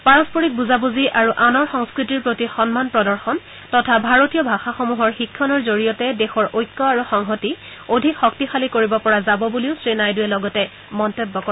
পাৰস্পৰিক বুজাবুজি আৰু আনৰ সংস্কৃতিৰ প্ৰতি সন্মান প্ৰদৰ্শন তথা ভাৰতীয় ভাষাসমূহৰ শিক্ষণৰ জৰিয়তে দেশৰ ঐক্য আৰু সংহতি অধিক শক্তিশালী কৰিব পৰা যাব বুলিও শ্ৰী নাইডুৱে লগতে মন্তব্য কৰে